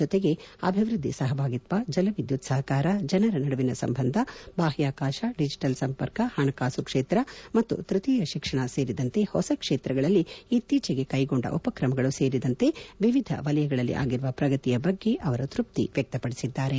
ಜತೆಗೆ ಅಭಿವ್ವದ್ಲಿ ಸಹಭಾಗಿತ್ಸ ಜಲವಿದ್ಯುತ್ ಸಹಕಾರ ಜನರ ನಡುವಿನ ಸಂಬಂಧ ಬಾಹ್ಯಾಕಾಶ ಡಿಜಟಲ್ ಸಂಪರ್ಕ ಹಣಕಾಸು ಕ್ಷೇತ್ರ ಮತ್ತು ತ್ಪತೀಯ ಶಿಕ್ಷಣ ಸೇರಿದಂತೆ ಹೊಸ ಕ್ಷೇತ್ರಗಳಲ್ಲಿ ಇತ್ತೀಚೆಗೆ ಕೈಗೊಂಡ ಉಪಕ್ರಮಗಳು ಸೇರಿದಂತೆ ವಿವಿಧ ವಲಯಗಳಲ್ಲಿ ಆಗಿರುವ ಪ್ರಗತಿ ಬಗ್ಗೆ ಉಭಯ ನಾಯಕರು ತೃಪ್ತಿವ್ಯಕ್ತಪದಿಸಿದ್ದಾರೆ